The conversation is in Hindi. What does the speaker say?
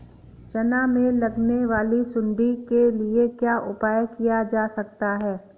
चना में लगने वाली सुंडी के लिए क्या उपाय किया जा सकता है?